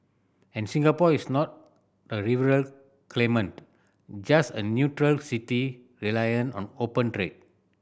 and Singapore is not a rival claimant just a neutral city reliant on open trade